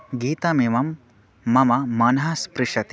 गीतमिमं मम मनः स्पृशति